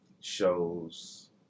Shows